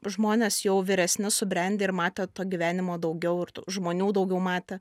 žmonės jau vyresni subrendę ir matę to gyvenimo daugiau ir tų žmonių daugiau matę